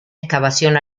excavación